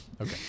Okay